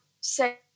say